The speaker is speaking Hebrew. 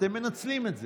אתם מנצלים את זה.